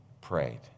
prayed